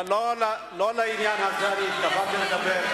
אבל לא בעניין הזה אני התכוונתי לדבר.